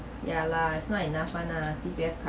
ya lah it's not enough [one] lah C_P_S